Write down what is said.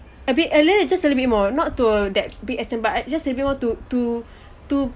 a bit earlier just a little bit more not to that be as in but just everyone to to to